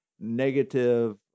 negative